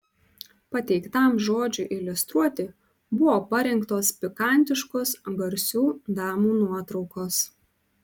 pateiktam žodžiui iliustruoti buvo parinktos pikantiškos garsių damų nuotraukos